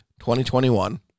2021